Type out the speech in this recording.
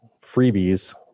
freebies